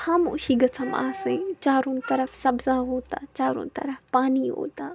خاموشی گٔژھم آسٕنۍ چارو طرف سَبزا ہوتا چارو طرف پانی ہوتا